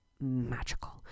magical